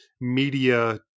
media